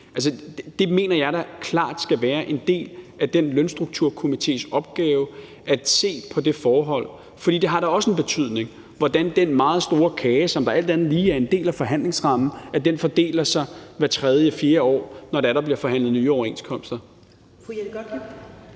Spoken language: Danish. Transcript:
så mener jeg da, at det klart skal være en del af den lønstrukturkomités opgave at se på det forhold. For det har da også en betydning, hvordan den meget store kage, som alt andet lige er en del af forhandlingsrammen, fordeler sig hver tredje, fjerde år, når der bliver forhandlet nye overenskomster.